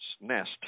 nest